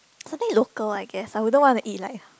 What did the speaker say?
something local I guess I wouldn't want to eat like